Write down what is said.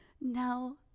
no